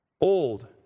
old